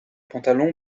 pantalon